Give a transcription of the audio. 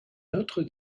notre